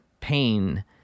pain